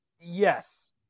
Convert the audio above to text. yes